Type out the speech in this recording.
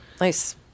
Nice